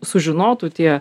sužinotų tie